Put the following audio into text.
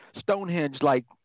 Stonehenge-like